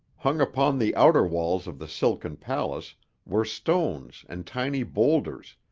hung upon the outer walls of the silken palace were stones and tiny boulders,